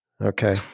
Okay